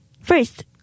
First